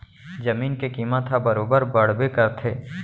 जमीन के कीमत ह बरोबर बड़बे करथे